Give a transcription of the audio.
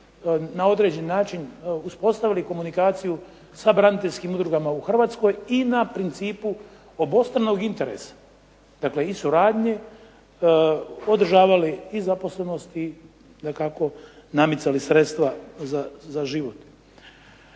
na određeni način uspostavili komunikaciju sa braniteljskim udrugama u Hrvatskoj i na principu obostranog interesa, dakle i suradnje, održavali i zaposlenost i dakako namicali sredstva za život.